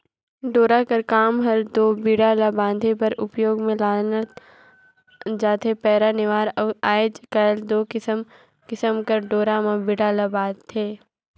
डोरा कर काम हर दो बीड़ा ला बांधे बर उपियोग मे लानल जाथे पैरा, नेवार अउ आएज काएल दो किसिम किसिम कर डोरा मे बीड़ा ल बांधथे